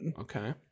okay